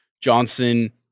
Johnson